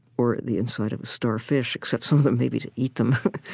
or the inside of a starfish except some of them, maybe, to eat them.